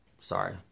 sorry